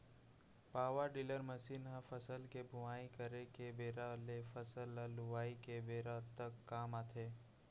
power tiller machine ह फसल के बोवई करे के बेरा ले फसल ल लुवाय के बेरा तक काम आथे